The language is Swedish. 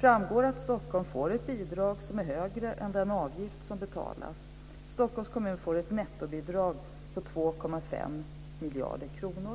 framgår att Stockholm får ett bidrag som är högre än den avgift som betalas inom systemet. Stockholms kommun får ett nettobidrag på 2,5 miljarder kronor.